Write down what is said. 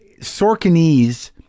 Sorkinese